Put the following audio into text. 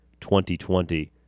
2020